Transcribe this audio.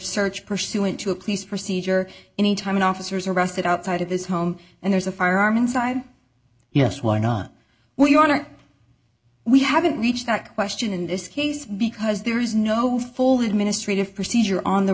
search pursuant to a police procedure any time an officers arrested outside of this home and there's a firearm inside yes why not well your honor we haven't reached that question in this case because there is no full the administrative procedure on the